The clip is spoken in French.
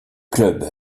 club